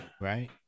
Right